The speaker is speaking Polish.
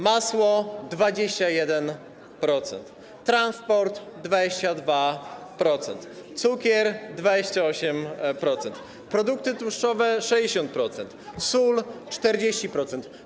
masła - 21%, transportu - 22%, cukru - 28%, produktów tłuszczowych - 60%, soli - 40%.